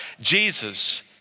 Jesus